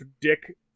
dick